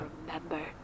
remember